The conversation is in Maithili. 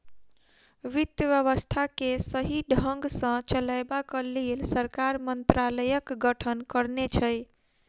वित्त व्यवस्था के सही ढंग सॅ चलयबाक लेल सरकार मंत्रालयक गठन करने छै